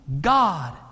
God